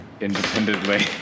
independently